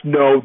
no